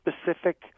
specific